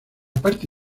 parte